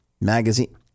Magazine